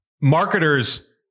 marketers